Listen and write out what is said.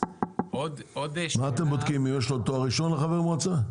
מה אתם בודקים אם יש לו תואר ראשון לחבר מועצה?